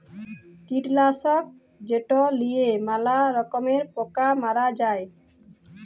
কীটলাসক যেট লিঁয়ে ম্যালা রকমের পকা মারা হ্যয়